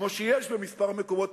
כמו שיש בכמה מקומות,